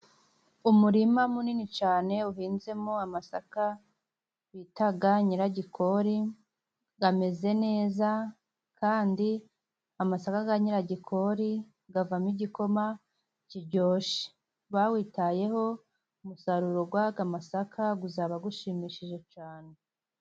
Umurima munini cyane uhinzemo amasaka bita Nyiragikori, ameze neza kandi amasaka ya Nyiragikori avamo igikoma kiryoshye. Bawitayeho umusaruro w'aya masaka uzaba ushimishije cyane.